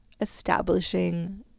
establishing